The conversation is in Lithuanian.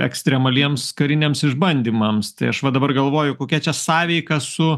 ekstremaliems kariniams išbandymams tai aš va dabar galvoju kokia čia sąveika su